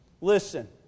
Listen